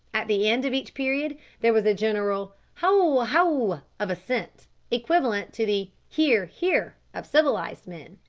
at the end of each period there was a general hou! hou! of assent equivalent to the hear! hear! of civilised men.